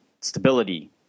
stability